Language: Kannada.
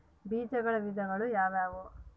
ಬೇಜಗಳ ವಿಧಗಳು ಯಾವುವು?